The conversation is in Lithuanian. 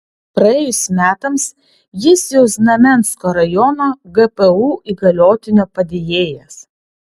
praėjus metams jis jau znamensko rajono gpu įgaliotinio padėjėjas